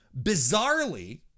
bizarrely